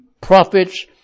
prophets